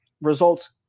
Results